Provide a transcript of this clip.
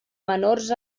menors